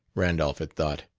randolph had thought,